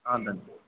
ಹಾಂ ಮ್ಯಾಮ್